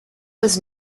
was